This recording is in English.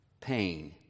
pain